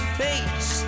face